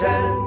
Ten